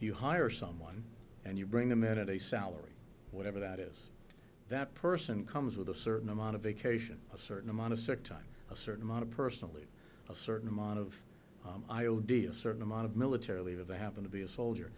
you hire someone and you bring them in at a salary whatever that is that person comes with a certain amount of vacation a certain amount of certain a certain amount of personally a certain amount of i o d a certain amount of militarily for the happen to be a soldier